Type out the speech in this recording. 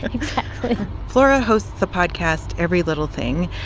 exactly flora hosts the podcast every little thing.